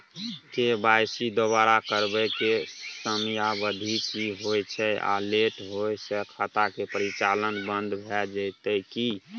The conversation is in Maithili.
के.वाई.सी दोबारा करबै के समयावधि की होय छै आ लेट होय स खाता के परिचालन बन्द भ जेतै की?